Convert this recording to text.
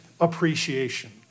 appreciation